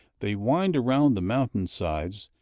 they wind around the mountain-sides,